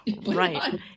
Right